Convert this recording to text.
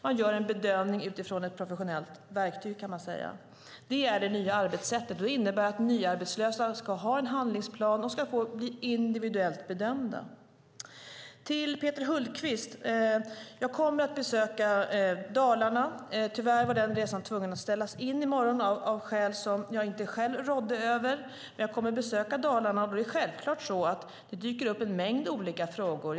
Man gör en bedömning utifrån ett professionellt verktyg, kan man säga. Det är det nya arbetssättet, och det innebär att nyarbetslösa ska ha en handlingsplan och bli individuellt bedömda. Till Peter Hultqvist vill jag säga att jag kommer att besöka Dalarna. Tyvärr var morgondagens resa tvungen att ställas in av skäl som jag inte själv rådde över, men jag kommer att besöka Dalarna. Det är självklart så att det dyker upp en mängd olika frågor.